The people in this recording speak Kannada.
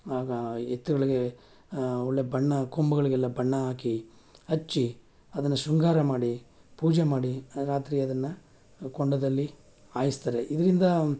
ಆಗ ಎತ್ತುಗಳಿಗೆ ಒಳ್ಳೆಯ ಬಣ್ಣ ಕೊಂಬುಗಳಿಗೆಲ್ಲ ಬಣ್ಣ ಹಾಕಿ ಹಚ್ಚಿ ಅದನ್ನು ಶೃಂಗಾರ ಮಾಡಿ ಪೂಜೆ ಮಾಡಿ ರಾತ್ರಿ ಅದನ್ನು ಕೊಂಡದಲ್ಲಿ ಹಾಯಿಸ್ತಾರೆ ಇದರಿಂದ